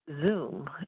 Zoom